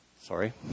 sorry